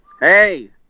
Hey